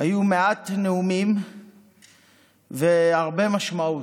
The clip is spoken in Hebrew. היו מעט נאומים והרבה משמעות.